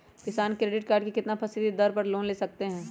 किसान credit card कितना फीसदी दर पर लोन ले सकते हैं?